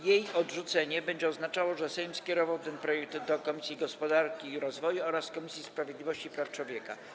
Jej odrzucenie będzie oznaczało, że Sejm skierował ten projekt do Komisji Gospodarki i Rozwoju oraz Komisji Sprawiedliwości i Praw Człowieka.